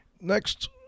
Next